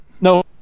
No